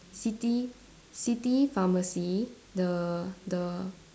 city city pharmacy the the